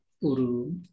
Uru